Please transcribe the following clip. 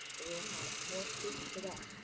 but we will have more tweaks to that.